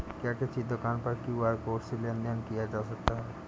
क्या किसी दुकान पर क्यू.आर कोड से लेन देन देन किया जा सकता है?